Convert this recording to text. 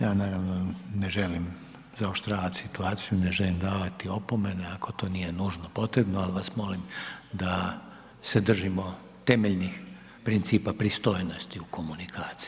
Ja naravno ne želim zaoštravati situaciju, ne želim davati opomene ako to nije nužno potrebno ali vas molim da se držimo temeljnih principa pristojnosti u komunikaciji.